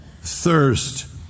thirst